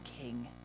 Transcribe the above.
king